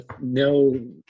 no